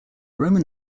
roman